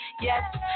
Yes